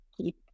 keep